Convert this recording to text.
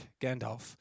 Gandalf